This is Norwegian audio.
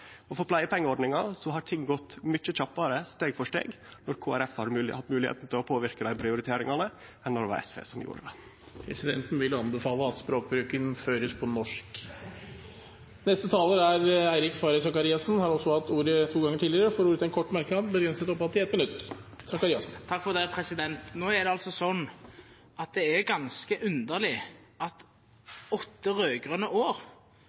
ting gått mykje kjappare, steg for steg, når Kristeleg Folkeparti har hatt moglegheita til å påverke dei prioriteringane, enn då det var SV som gjorde det. Presidenten vil anbefale at språkbruken føres på norsk. Representanten Eirik Faret Sakariassen har hatt ordet to ganger tidligere og får ordet til en kort merknad, begrenset til 1 minutt. Det er ganske underlig at åtte rød-grønne år plutselig skulle bli et argument i denne diskusjonen. Vi snakker ikke om åtte rød-grønne år;